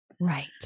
right